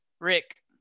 Rick